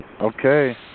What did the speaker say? Okay